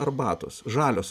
arbatos žalios